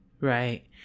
right